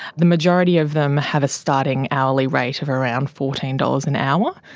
the majority of them have a starting hourly rate of around fourteen dollars an hour,